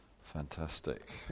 Fantastic